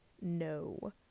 no